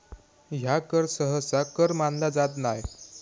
ह्या कर सहसा कर मानला जात नाय